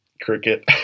cricket